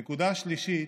נקודה שלישית,